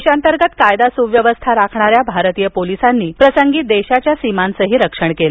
देशांतर्गत कायदा सुव्यवस्था राखणाऱ्या भारतीय पोलिसांनी प्रसंगी देशाच्या सीमांचही रक्षण केलं